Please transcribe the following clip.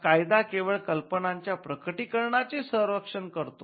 कायदा केवळ कल्पनांच्या प्रकटीकरणाचे संरक्षण करतो